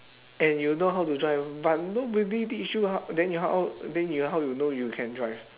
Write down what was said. and you know how to drive but nobody teach you how then how then you how you know you can drive